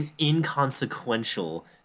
Inconsequential